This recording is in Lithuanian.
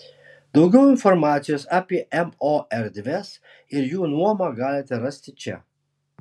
daugiau informacijos apie mo erdves ir jų nuomą galite rasti čia